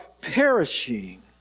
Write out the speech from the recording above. perishing